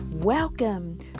Welcome